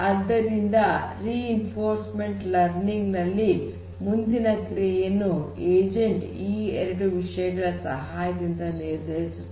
ಆದ್ದರಿಂದ reinforcement learning ನಲ್ಲಿ ಮುಂದಿನ ಕ್ರಿಯೆಯನ್ನು ಏಜೆಂಟ್ ಈ ಎರಡು ವಿಷಯಗಳ ಸಹಾಯದಿಂದ ನಿರ್ಧರಿಸುತ್ತದೆ